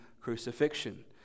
crucifixion